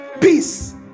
peace